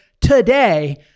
today